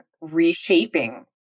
reshaping